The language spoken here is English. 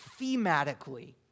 thematically